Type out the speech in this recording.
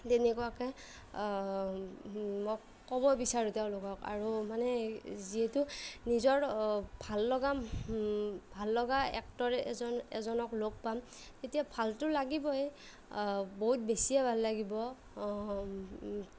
তেনেকুৱাকৈ মই ক'ব বিচাৰোঁ তেওঁলোকক আৰু মানে যিহেতু নিজৰ ভাল লগা ভাল লগা এক্টৰ এজন এজনক লগ পাম তেতিয়া ভালটো লাগিবই বহুত বেছিয়ে ভাল লাগিব